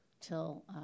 till